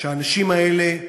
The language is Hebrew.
שהאנשים האלה,